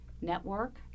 network